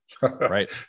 Right